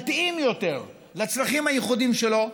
מתאים יותר לצרכים הייחודיים שלו,